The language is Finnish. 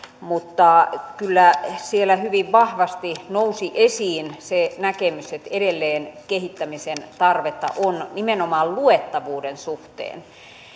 mutta kyllä siellä hyvin vahvasti nousi esiin se näkemys että edelleen kehittämisen tarvetta on nimenomaan luettavuuden suhteen